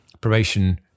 probation